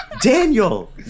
Daniel